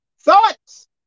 Thoughts